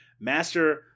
Master